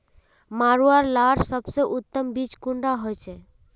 मरुआ लार सबसे उत्तम बीज कुंडा होचए?